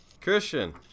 Christian